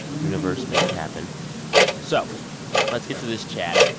universe, make it happen so let's get to this chat.